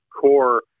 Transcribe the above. core